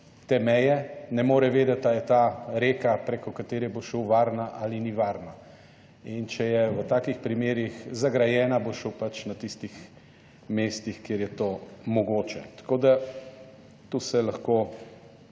te meje, ne more vedeti, ali je ta reka, preko katere bo šel, varna ali ni varna in če je v takih primerih zagrajena, bo šel pač na tistih mestih, kjer je to mogočo. Tako da, tu se lahko